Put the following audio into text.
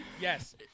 Yes